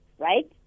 right